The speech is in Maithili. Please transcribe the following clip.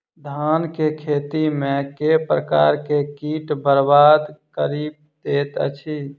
धान केँ खेती मे केँ प्रकार केँ कीट बरबाद कड़ी दैत अछि?